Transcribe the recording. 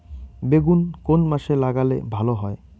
বেগুন কোন মাসে লাগালে ভালো হয়?